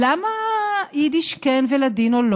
למה יידיש כן ולדינו לא?